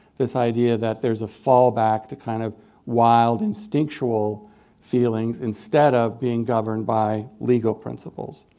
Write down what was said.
this idea that there's a fallback to kind of wild instinctual feelings instead of being governed by legal principles.